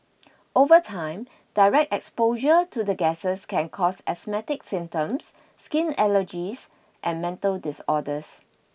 over time direct exposure to the gases can cause asthmatic symptoms skin allergies and mental disorders